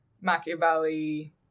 Machiavelli